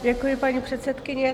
Děkuji, paní předsedkyně.